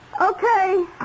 Okay